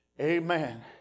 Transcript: Amen